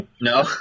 no